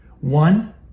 one